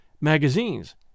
magazines